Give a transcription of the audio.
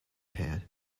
pad